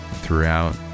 throughout